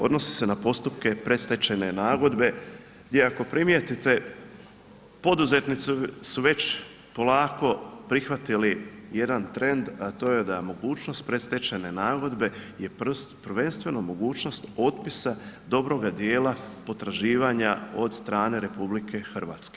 Odnosi se na postupke predstečajne nagodbe gdje ako primijetite poduzetnicu su već polako prihvatili jedan trend, a to je da mogućnost predstečajne nagodbe je prvenstveno mogućnost otpisa dobroga dijela potraživanja od strane RH.